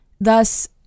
Thus